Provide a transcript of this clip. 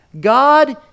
God